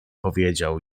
powiedział